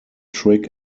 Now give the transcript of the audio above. trick